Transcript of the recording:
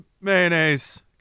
mayonnaise